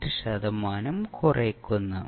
8 ശതമാനം കുറയ്ക്കുന്നു